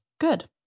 Good